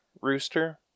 Rooster